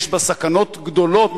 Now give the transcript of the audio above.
יש בה סכנות גדולות,